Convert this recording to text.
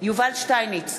יובל שטייניץ,